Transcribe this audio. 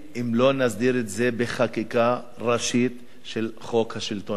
אם לא נסדיר את זה בחקיקה ראשית של חוק השלטון המקומי.